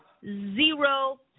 zero